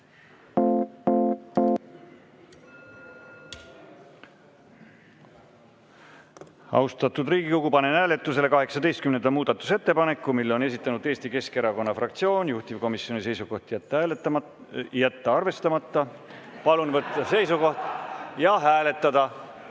Austatud Riigikogu, panen hääletusele 19. muudatusettepaneku. Selle on esitanud Eesti Keskerakonna fraktsioon. Juhtivkomisjoni seisukoht on jätta arvestamata. Palun võtta seisukoht ja hääletada!